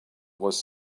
was